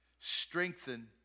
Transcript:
strengthen